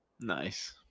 Nice